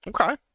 Okay